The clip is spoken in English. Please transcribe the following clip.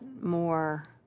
more